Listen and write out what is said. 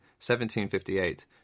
1758